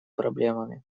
проблемами